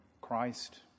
Christ